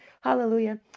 Hallelujah